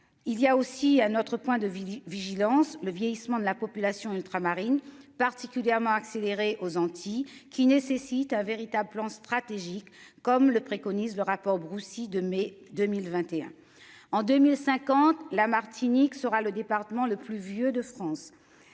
Il y a aussi un autre point de vie vigilance le vieillissement de la population ultramarine particulièrement accéléré aux Antilles qui nécessite un véritable plan stratégique, comme le préconise le rapport Broussy de mai 2021. En 2050, la Martinique sera le département le plus vieux de France,